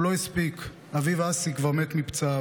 הוא לא הספיק, אביו אסי כבר מת מפצעיו.